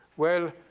well,